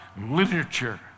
literature